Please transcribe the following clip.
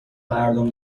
مردم